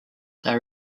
they